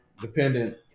dependent